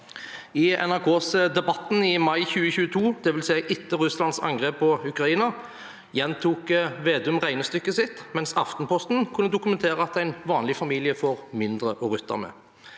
spørretime 2024 2022, dvs. etter Russlands angrep på Ukraina, gjentok Vedum regnestykket sitt, mens Aftenposten kunne dokumentere at en vanlig familie får mindre å rutte med.